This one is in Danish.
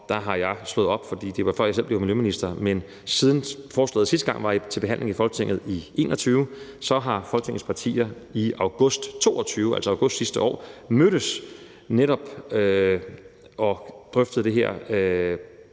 der har jeg slået op, for det var, før jeg selv blev miljøminister. Men siden forslaget sidste gang var til behandling i Folketinget i 2021, har Folketingets partier i august 2022, altså august sidste år, mødtes for netop at drøfte det her